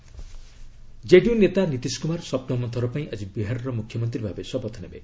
Nitish Kumar oath JDU ନେତା ନୀତିଶ କୁମାର ସପ୍ତମ ଥର ପାଇଁ ଆଜି ବିହାରର ମୁଖ୍ୟମନ୍ତ୍ରୀ ଭାବେ ଶପଥ ନେବେ